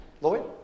Lloyd